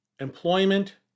employment